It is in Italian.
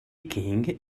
king